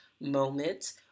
moment